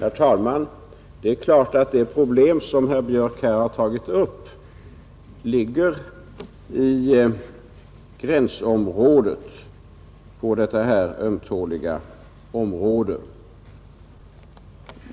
Herr talman! Det är klart att det problem som herr Björk i Göteborg tagit upp ligger i gränsområdet på detta ömtåliga fält.